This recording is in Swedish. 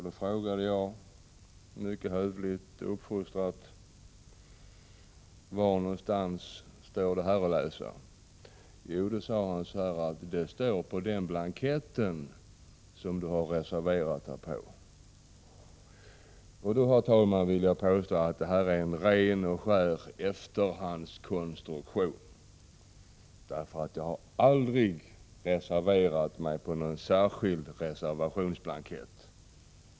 Då frågade jag mycket hövligt och väluppfostrat: Var någonstans står detta att läsa? Ombudsmannen svarade: Det står på den blankett som du har reserverat dig på. Jag vill påstå, herr talman, att detta är en ren och skär efterhandskonstruktion, eftersom jag aldrig har reserverat mig på någon särskild reservationsblankett.